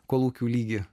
kolūkių lygį